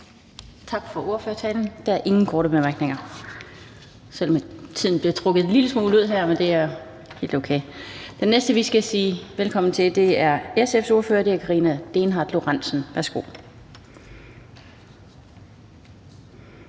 Tak for ordførertalen. Der er ingen korte bemærkninger – selv om tiden blev trukket en lille smule ud, men det er okay. Det næste, vi skal sige velkommen til, er SF's ordfører, og det er fru Karina Lorentzen